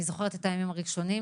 אני זוכרת את הימים הראשונים,